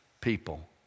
people